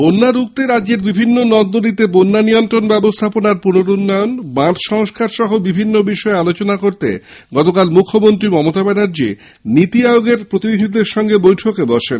বন্যা রুখতে রাজ্যের বিভিন্ন নদীতে বন্যা নিয়ন্ত্রণ ব্যবস্থাপনার পুনরুন্নয়ন বাঁধ সংস্কার সহ নানা বিষয়ে আলোচনা করতে গতকাল মুখ্যমন্ত্রী মমতা ব্যানার্জী নীতি আয়োগের প্রতিনিধিদের সঙ্গে বৈঠকে বসেন